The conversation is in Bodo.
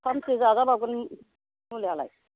सानबैसे जाजाबावगोन मुलियालाय